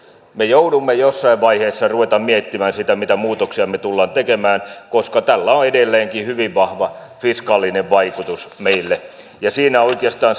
me joudumme jossain vaiheessa rupeamaan miettimään sitä mitä muutoksia me tulemme tekemään koska tällä on edelleenkin hyvin vahva fiskaalinen vaikutus meille ja siinä oikeastaan